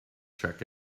check